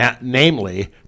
namely